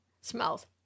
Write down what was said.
smells